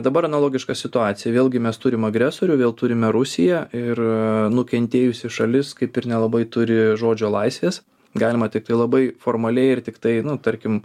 dabar analogiška situacija vėlgi mes turim agresorių vėl turime rusiją ir nukentėjusi šalis kaip ir nelabai turi žodžio laisvės galima tiktai labai formaliai ir tiktai nu tarkim